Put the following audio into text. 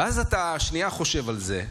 ואז אתה שנייה חושב על זה,